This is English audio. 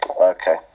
Okay